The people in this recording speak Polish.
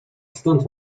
stąd